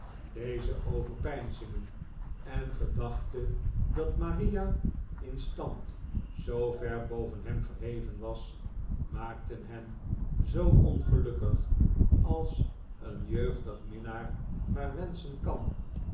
deze overpeinzingen en de gedachte dat maria in stand zoo ver boven hem verheven was maakten hem zoo ongelukkig als een jeugdig minnaar maar wenschen kan